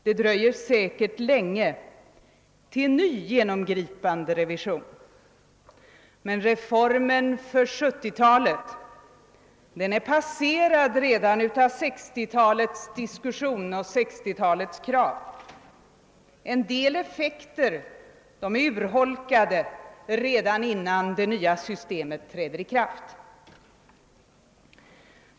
Det dröjer säkert länge innan det blir någon ny, genomgripande revision, men reformen för 1970-talet är redan passerad av 1960-talets diskussion och 1960-talets krav. En del effekter är urholkade redan innan det nya systemet träder i kraft.